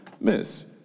Miss